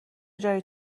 جای